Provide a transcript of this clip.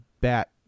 bat